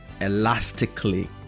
elastically